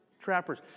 Trappers